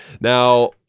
Now